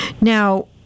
Now